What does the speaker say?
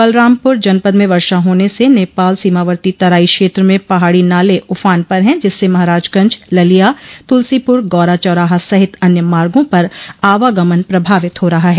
बलरामपुर जनपद में वर्षा होने से नेपाल सीमावर्ती तराई क्षेत्र में पहाड़ी नाले उफान पर हैं जिसस महराजगंज ललिया तुलसीपुर गौरा चौराहा सहित अन्य मार्गो पर आवागमन प्रभावित हो रहा है